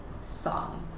song